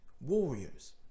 warriors